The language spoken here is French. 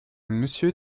monsieur